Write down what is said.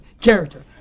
character